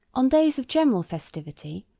on days of general festivity,